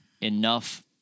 enough